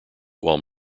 while